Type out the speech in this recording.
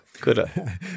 good